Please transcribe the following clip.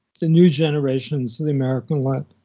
the new generations in the american left,